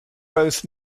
both